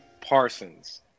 Parsons